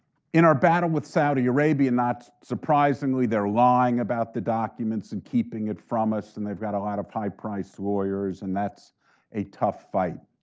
in our battle with saudi arabia, not surprisingly, they're lying about the documents and keeping it from us, and they've got a lot of high priced lawyers, and that's a tough fight.